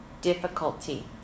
difficulty